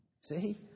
See